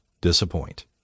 disappoint